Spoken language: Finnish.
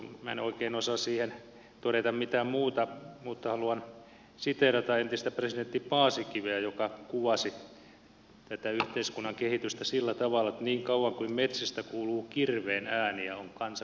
minä en oikein osaa siihen todeta mitään muuta mutta haluan siteerata entistä presidentti paasikiveä joka kuvasi tätä yhteiskunnan kehitystä sillä tavalla että niin kauan kuin metsistä kuuluu kirveen ääniä on kansakunnalla toivoa